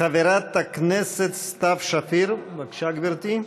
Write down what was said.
חברת הכנסת סתיו שפיר, בבקשה, גברתי.